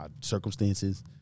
circumstances